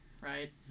right